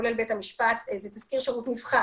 כולל בית המשפט, זה תזכיר שירות מבחן.